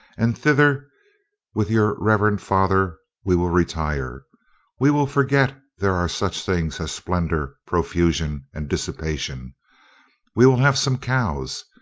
and thither with your reverend father we will retire we will forget there are such things as splendor, profusion, and dissipation we will have some cows,